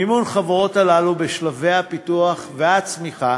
מימון החברות הללו בשלבי הפיתוח והצמיחה